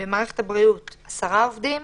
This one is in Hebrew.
במערכת הבריאות 10 עובדים,